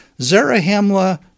Zarahemla